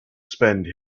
spend